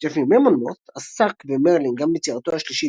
ג'פרי ממונמות' עסק במרלין גם ביצירתו השלישית,